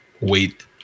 wait